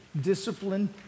discipline